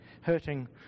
hurting